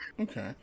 Okay